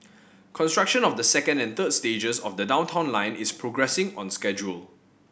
construction of the second and third stages of the Downtown Line is progressing on schedule